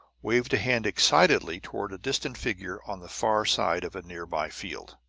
waved a hand excitedly toward a distant figure on the far side of a nearby field.